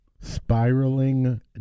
Spiraling